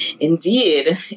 Indeed